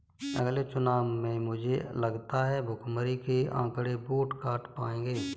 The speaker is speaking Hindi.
अगले चुनाव में मुझे लगता है भुखमरी के आंकड़े वोट काट पाएंगे